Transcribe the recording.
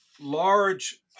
large